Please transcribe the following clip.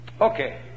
Okay